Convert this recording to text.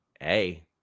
hey